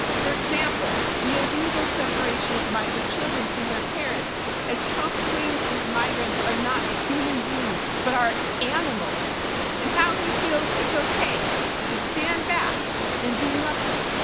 for example, the illegal separation of migrant children from their parents as trump claims those migrants are not human beings, but are animals and how he feels it's okay to stand back and do nothing.